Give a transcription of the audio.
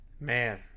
Man